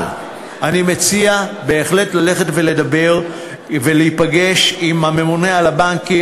אבל אני מציע בהחלט ללכת ולדבר ולהיפגש עם הממונה על הבנקים,